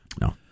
no